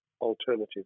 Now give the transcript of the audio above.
alternative